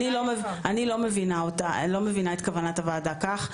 אני לא מבינה את כוונת הוועדה כך.